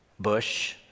Bush